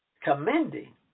Commending